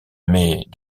mais